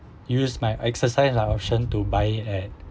use my exercise lah option to buy at